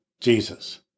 Jesus